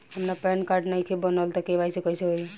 हमार PAN card नईखे बनल त के.वाइ.सी कइसे होई?